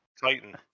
Titan